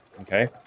Okay